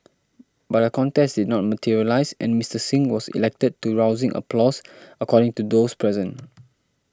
but a contest did not materialise and Mister Singh was elected to rousing applause according to those present